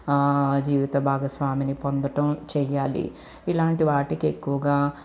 జీవిత భాగస్వామిని పొందటం చెయ్యాలి ఇలాంటి వాటికి ఎక్కువగా